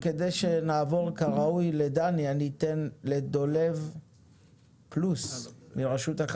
סדרה של דיונים בראשות מנכ"ל משרד האוצר,